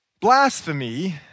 Blasphemy